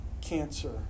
cancer